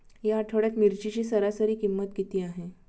या आठवड्यात मिरचीची सरासरी किंमत किती आहे?